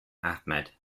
ahmed